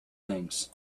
things